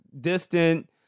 Distant